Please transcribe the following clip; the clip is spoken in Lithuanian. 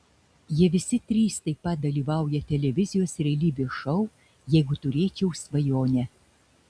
jie visi trys taip pat dalyvauja televizijos realybės šou jeigu turėčiau svajonę